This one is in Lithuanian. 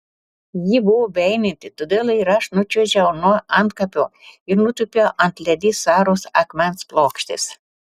ji buvo beeinanti todėl ir aš nučiuožiau nuo antkapio ir nutūpiau ant ledi saros akmens plokštės